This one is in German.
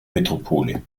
metropole